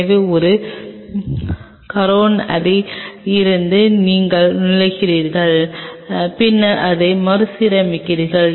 எனவே ஒரு கரோனரியில் இருந்து நீங்கள் நுழைகிறீர்கள் பின்னர் அதை மறுசீரமைக்கிறீர்கள்